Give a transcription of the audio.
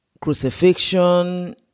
crucifixion